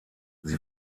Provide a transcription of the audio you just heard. sie